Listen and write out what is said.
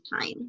time